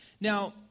Now